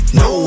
no